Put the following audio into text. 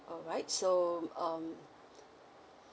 alright so um